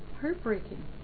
heartbreaking